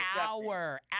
hour